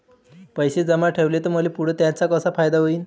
पैसे जमा ठेवले त मले पुढं त्याचा कसा फायदा होईन?